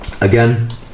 again